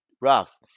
rough